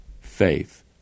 faith